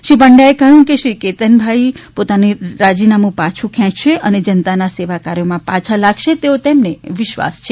શ્રી પંડ્યાએ કહ્યું કે શ્રી કેતનભાઈ પોતાનું રાજીનામુ પાછું ખેંચશે અને જનતાના સેવા કાર્યોમાં પાછા લાગશે તેવો તેમને વિશ્વાસ છે